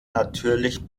natürlich